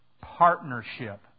partnership